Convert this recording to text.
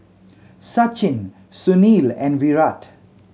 Sachin Sunil and Virat